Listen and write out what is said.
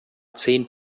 zehn